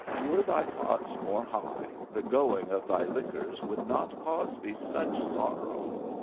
were thy thoughts more high, the going of thy liquors would not cause thee such sorrow.